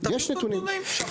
יש נתונים.